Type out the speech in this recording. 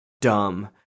dumb